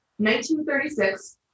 1936